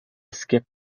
skip